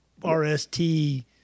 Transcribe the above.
RST